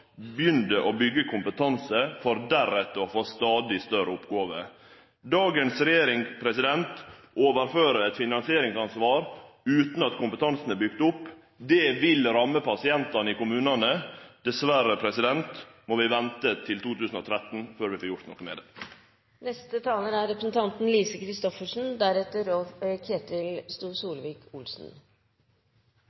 å byggje kompetanse, for deretter å få stadig større oppgåver. Dagens regjering overfører finansieringsansvar utan at kompetansen er bygd opp. Det vil ramme pasientane i kommunane. Dessverre må vi vente til 2013 før vi får gjort noko med